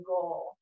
goal